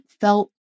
felt